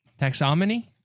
Taxonomy